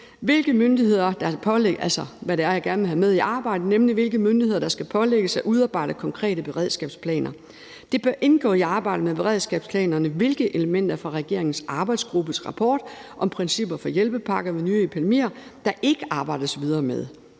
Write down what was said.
hvilke myndigheder der skal pålægges at udarbejde konkrete beredskabsplaner. Det bør indgå i arbejdet med beredskabsplanerne, hvilke elementer fra regeringens arbejdsgruppes rapport om principper for hjælpepakker ved nye epidemier der ikke arbejdes videre med